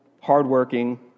hardworking